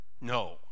No